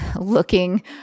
looking